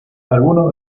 algunos